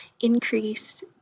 increase